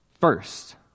first